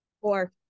Four